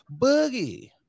Boogie